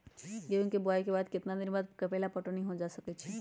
गेंहू के बोआई के केतना दिन बाद पहिला पटौनी कैल जा सकैछि?